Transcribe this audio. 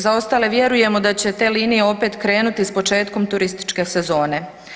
Za ostale vjerujemo da će te linije opet krenuti s početkom turističke sezone.